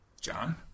John